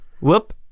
Whoop